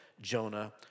Jonah